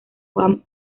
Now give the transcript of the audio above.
juan